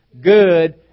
good